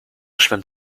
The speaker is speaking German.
schwimmt